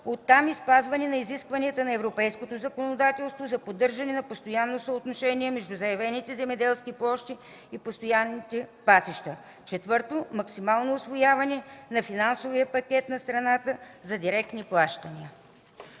от там и спазване на изискванията на европейското законодателство за поддържане на постоянно съотношение между заявените земеделски площи и постоянните пасища. 4. Максимално усвояване на финансовия пакет на страната за директни плащания.”